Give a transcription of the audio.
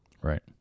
Right